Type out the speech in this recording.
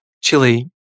chili